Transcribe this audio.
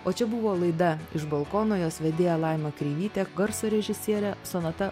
o čia buvo laida iš balkono jos vedėja laima kreivytė garso režisierė sonata